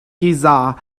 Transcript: giza